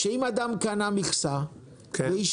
שרוצים לבטל את המכסות ואת התכנון בענף הלול,